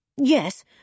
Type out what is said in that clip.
Yes